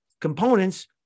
components